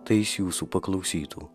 tai jis jūsų paklausytų